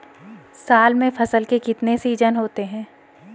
साल में फसल के कितने सीजन होते हैं?